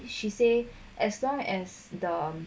she say as long as the